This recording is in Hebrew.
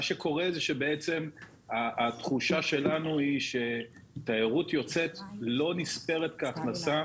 מה שקורה זה שהתחושה שלנו היא שתיירות יוצאת לא נספרת כהכנסה,